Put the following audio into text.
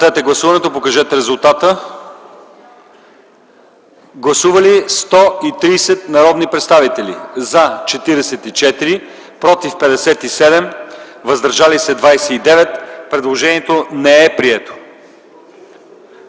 Предложението не е прието.